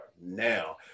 now